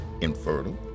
infertile